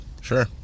Sure